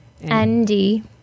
N-D